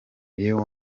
iyo